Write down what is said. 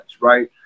right